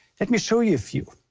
let me show you a few.